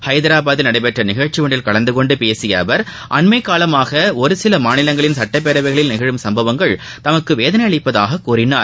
ஹைதராபாத்தில் நடைபெற்ற நிகழ்ச்சி ஒன்றில் கலந்து கொண்டு பேசிய அவர் அண்மை காலமாக ஒரு சில மாநிலங்களின் சட்டப்பேரவையில் நிகழும் சம்பவங்கள் தமக்கு வேதனை அளிப்பதாக கூறினார்